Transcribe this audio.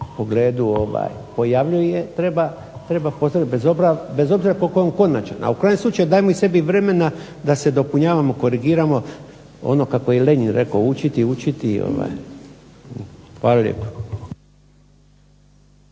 pogledu pojavljuje treba pozdraviti bez obzira koliko je on konačan. A u krajnjem slučaju dajmo i sebi vremena da se dopunjavamo, korigiramo ono kako je Lenjin rekao: "Učiti, učiti". Hvala lijepo.